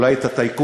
אולי את הטייקונים,